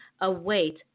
await